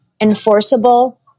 enforceable